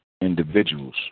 individuals